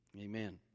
Amen